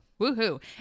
Woohoo